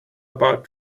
about